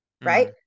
right